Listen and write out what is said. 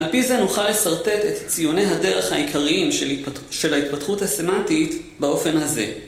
על פי זה נוכל לשרטט את ציוני הדרך העיקריים של ההתפתחות הסמנטית באופן הזה.